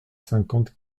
cinquante